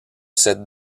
cette